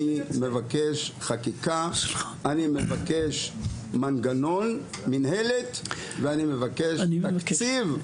אני מבקש חקיקה; אני מבקש מנגנון מינהלת; ואני מבקש תקציב,